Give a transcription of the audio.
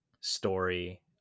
story